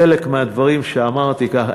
חלק מהדברים שאמרתי כאן,